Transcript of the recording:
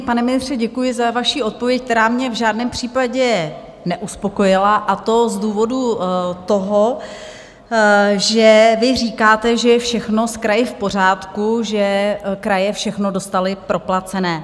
Pane ministře, děkuji za vaši odpověď, která mě v žádném případě neuspokojila, to z důvodu toho, že vy říkáte, že je všechno z krajů v pořádku, že kraje všechno dostaly proplacené.